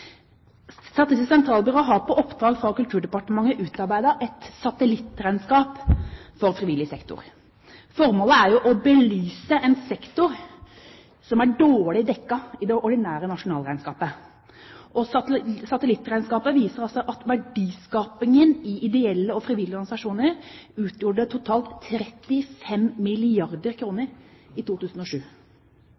Statistisk sentralbyrå har på oppdrag fra Kulturdepartementet utarbeidet et satellittregnskap for frivillig sektor. Formålet er å belyse en sektor som er dårlig dekket i det ordinære nasjonalregnskapet. Satellittregnskapet viser at verdiskapingen i ideelle og frivillige organisasjoner utgjorde totalt 35 milliarder